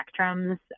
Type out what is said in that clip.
spectrums